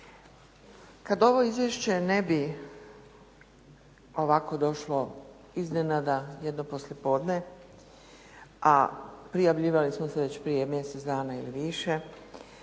Kada ovo izvješće ne bi ovako došlo iznenada jedno poslijepodne, a prijavljivali smo se već prije mjesec dana ili više,